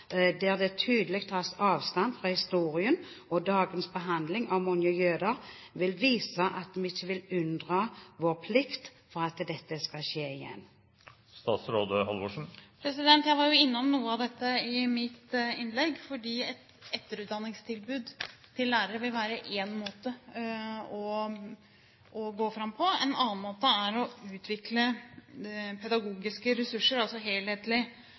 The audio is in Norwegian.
der det tydelig tas avstand fra historien og dagens behandling av mange jøder, vil vise at vi ikke vil unndra oss vår plikt, at dette ikke skal skje igjen? Jeg var innom noe av dette i mitt innlegg. Et etterutdanningstilbud til lærerne vil være én måte å gå fram på. En annen måte er å utvikle pedagogiske ressurser – altså